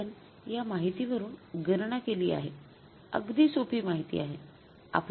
आपण या माहितीवरून गणना केली आहे अगदी सोपी माहिती आहे